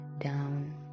down